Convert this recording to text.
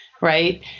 Right